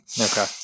Okay